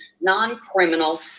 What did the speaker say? non-criminal